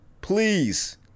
Please